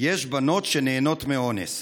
"יש בנות שנהנות מאונס".